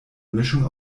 mischung